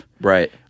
right